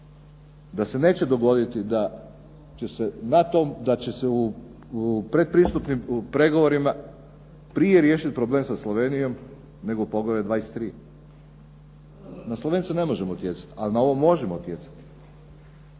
da se neće dogoditi da će se u pretpristupnim pregovorima prije riješiti problem sa Slovenijom nego poglavlje 23. Na Slovence ne možemo utjecati, ali na ovo možemo utjecati.